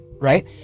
right